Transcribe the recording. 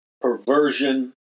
perversion